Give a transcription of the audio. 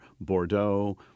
Bordeaux